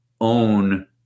own